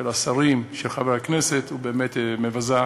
של השרים, של חברי הכנסת, היא באמת מבזה,